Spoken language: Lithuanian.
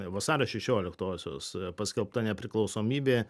vasario šešioliktosios paskelbta nepriklausomybė